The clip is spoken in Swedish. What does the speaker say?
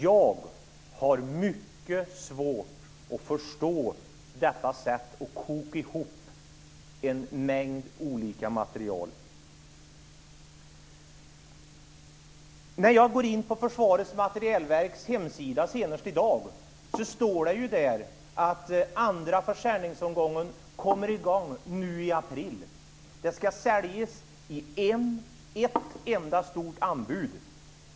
Jag har mycket svårt att förstå detta sätt på vilket man har kokat ihop en mängd olika materiel. Jag gick in på Försvarets materielverks hemsida senast i dag. Där står det att andra försäljningsomgången ska inledas i april. Allt ska säljas i ett enda stort anbud.